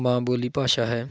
ਮਾਂ ਬੋਲੀ ਭਾਸ਼ਾ ਹੈ